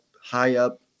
high-up